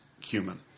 human